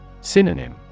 Synonym